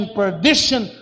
perdition